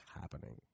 happening